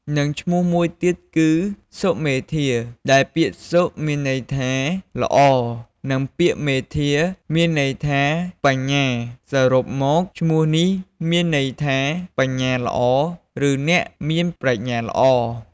និងឈ្មោះមួយទៀតគឺសុមេធា ដែលពាក្យសុ មានន័យថាល្អ និងពាក្យមេធា មានន័យថាបញ្ញា សរុបមកឈ្មោះនេះមានន័យថា បញ្ញាល្អ ឬអ្នកមានប្រាជ្ញាល្អ។